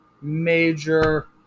major